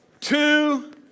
two